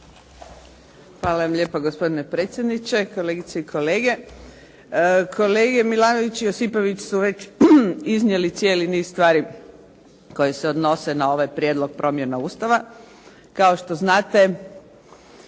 Hvala vam lijepo gospodine predsjedniče. Kolegice i kolege. Kolege Milanović i Josipović su već iznijeli cijeli niz stvari koje se odnose na ovaj prijedlog promjene Ustava. Kao što znate